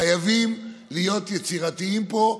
חייבים להיות יצירתיים פה,